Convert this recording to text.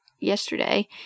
yesterday